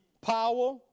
power